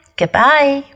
goodbye